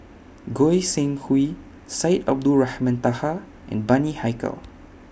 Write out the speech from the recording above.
Goi Seng Hui Syed Abdulrahman Taha and Bani Haykal